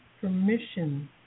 permission